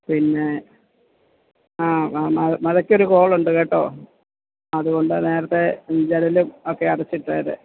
പിന്നെ ആ മഴയ്ക്കൊരു കോളുണ്ട് കേട്ടോ അതുകൊണ്ട് ആ നേരത്തെ ഉം ജനലുമൊക്കെ അടച്ചിട്ടേക്കൂ